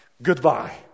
Goodbye